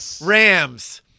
Rams